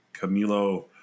Camilo